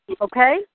Okay